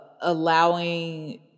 allowing